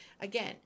Again